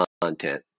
content